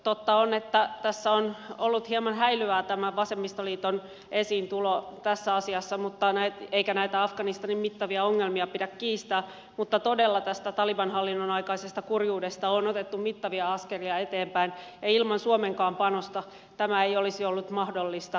totta on että on ollut hieman häilyvää tämä vasemmistoliiton esiintulo tässä asiassa eikä näitä afganistanin mittavia ongelmia pidä kiistää mutta todella tästä taliban hallinnon aikaisesta kurjuudesta on otettu mittavia askelia eteenpäin ja ilman suomenkaan panosta tämä ei olisi ollut mahdollista